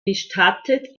bestattet